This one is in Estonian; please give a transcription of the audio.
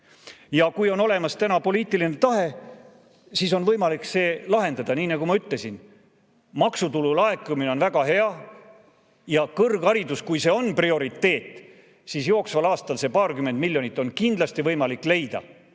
Kui on olemas poliitiline tahe, siis on võimalik see lahendada. Nii nagu ma ütlesin, maksutulu laekumine on väga hea, ja kui kõrgharidus on prioriteet, siis jooksval aastal see paarkümmend miljonit on kindlasti võimalik leida